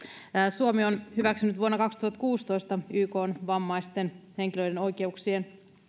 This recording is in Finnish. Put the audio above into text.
suomi on hyväksynyt vuonna kaksituhattakuusitoista ykn vammaisten henkilöiden oikeuksien